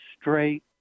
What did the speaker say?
straight